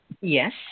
Yes